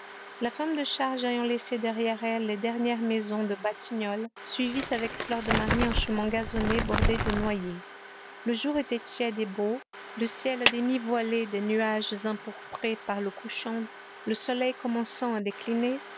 la femme de charge ayant laissé derrière elle les dernières maisons des batignolles suivit avec fleur de marie un chemin gazonné bordé de noyers le jour était tiède et beau le ciel à demi voilé de nuages empourprés par le couchant le soleil commençant à décliner